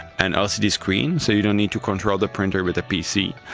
an lcd screen, so you don't need to control the printer with a pc,